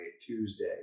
Tuesday